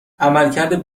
عملکرد